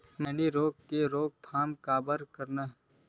मैनी रोग के रोक थाम बर का करन?